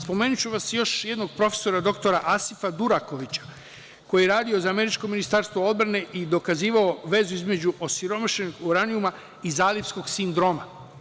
Spomeniću još jednog profesora dr Asifa Durakovića, koji je radio za američko ministarstvo odbrane i dokazivao vezu između osiromašenog uranijuma i Zalivskog sindroma.